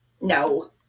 No